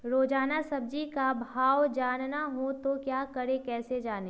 रोजाना सब्जी का भाव जानना हो तो क्या करें कैसे जाने?